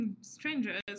strangers